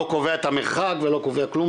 לא קובע את המרחק ולא קובע כלום,